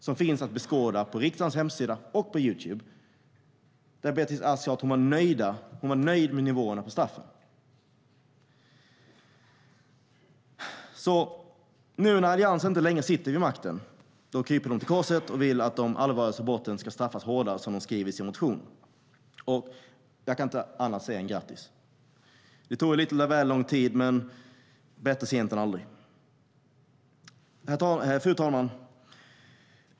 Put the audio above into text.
Den finns att beskåda på riksdagens hemsida och på Youtube. Beatrice Ask sa då att hon var nöjd med nivåerna på straffen. När Alliansen inte längre sitter vid makten kryper de till korset och vill att de allvarligaste brotten ska straffas hårdare, vilket de skriver i sin motion. Jag kan bara säga: Grattis! Det tog lång tid, men bättre sent än aldrig. Fru talman!